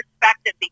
perspective